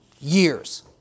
Years